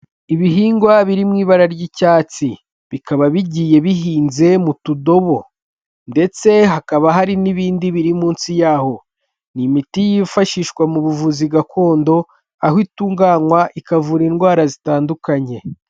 Ibihingwa biri mu ibara ry'icyatsi bikaba bigiye bihinze mu tudobo ndetse hakaba hari n'ibindi biri munsi yaho, ni imiti yifashishwa mu buvuzi gakondo aho itunganywa ikavura indwara zitandukanye.